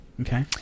Okay